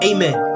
Amen